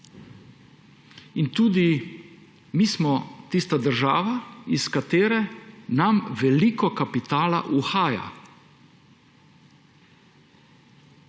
Tudi mi smo tista država, iz katere nam veliko kapitala uhaja.